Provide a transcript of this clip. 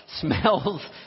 smells